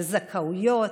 על זכאויות,